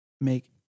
make